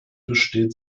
besteht